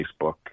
Facebook